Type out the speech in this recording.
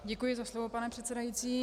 Děkuji za slovo, pane předsedající.